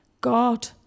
God